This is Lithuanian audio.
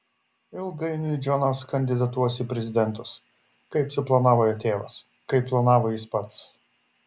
ilgainiui džonas kandidatuos į prezidentus kaip suplanavo jo tėvas kaip planavo jis pats